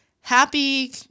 Happy –